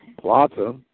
Plata